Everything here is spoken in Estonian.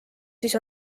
siis